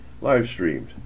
live-streamed